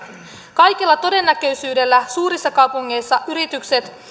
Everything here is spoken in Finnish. kaikella todennäköisyydellä suurissa kaupungeissa yritykset